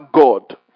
God